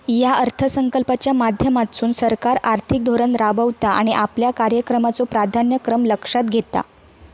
या अर्थसंकल्पाच्या माध्यमातसून सरकार आर्थिक धोरण राबवता आणि आपल्या कार्यक्रमाचो प्राधान्यक्रम लक्षात घेता